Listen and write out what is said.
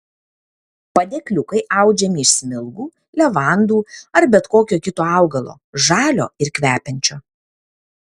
padėkliukai audžiami iš smilgų levandų ar bet kokio kito augalo žalio ir kvepiančio